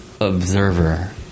observer